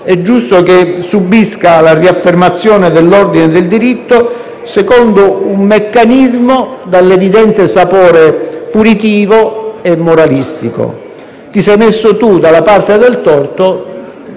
giusto che subisca la riaffermazione dell'ordine del diritto secondo un meccanismo dall'evidente sapore punitivo e moralistico: ti sei messo tu dalla parte del torto